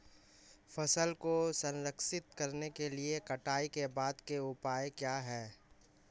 फसल को संरक्षित करने के लिए कटाई के बाद के उपाय क्या हैं?